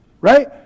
Right